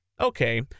okay